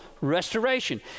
restoration